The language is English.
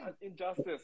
injustice